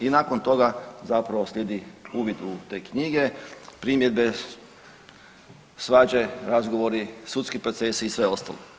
I nakon toga zapravo slijedi uvid u te knjige, primjedbe, svađe, razgovori, sudski procesi i sve ostalo.